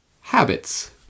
habits